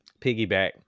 piggyback